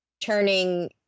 turning